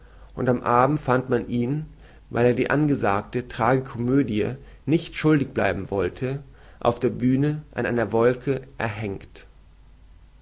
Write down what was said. und am abende fand man ihn weil er die angesagte tragikomödie nicht schuldig bleiben wollte auf der bühne an einer wolke erhängt